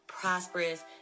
prosperous